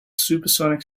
supersonic